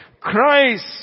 Christ